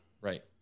right